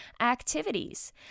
activities